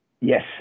Yes